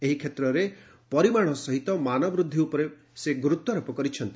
ଏହି କ୍ଷେତ୍ରରେ ପରିମାଣ ସହିତ ମାନ ବୃଦ୍ଧି ଉପରେ ସେ ଗୁରୁତ୍ୱାରୋପ କରିଛନ୍ତି